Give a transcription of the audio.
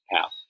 path